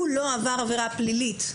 הוא לא עבר עבירה פלילית.